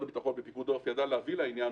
הביטחון ופיקוד העורף ידעו להביא לעניין,